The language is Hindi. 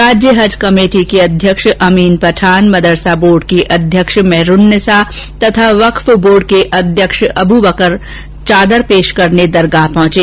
राज्य हज कमेटी के अध्यक्ष अमीन पठान मदरसा बोर्ड की अध्यक्ष मेहरून्निसा तथा वक्फ बोर्ड के अध्यक्ष अब् बकर चादर पेश करने दरगाह पहुंचे